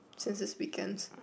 since it's weekends